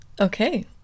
Okay